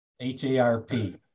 H-A-R-P